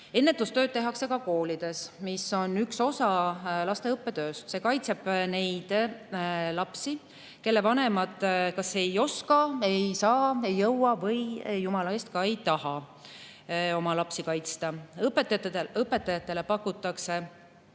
Ennetustööd tehakse ka koolides, mis on üks osa laste õppetöös. See kaitseb neid lapsi, kelle vanemad kas ei oska, ei saa, ei jõua või, jumala eest, ei taha oma lapsi kaitsta. Õpetajatele pakutakse